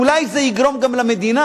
אולי זה יגרום גם למדינה